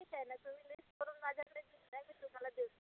ठीक आहे ना तुम्ही लिस बनवून माझ्याकडे देऊन द्या मी दुकानात देईन